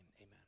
amen